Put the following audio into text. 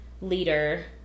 leader